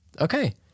Okay